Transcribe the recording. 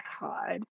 God